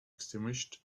extinguished